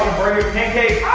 burn your pancake!